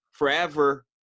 Forever